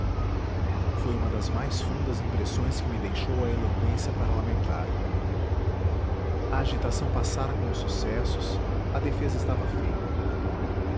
foi uma das mais fundas impressões que me deixou a eloqüência parlamentar a agitação passara com os sucessos a defesa estava feita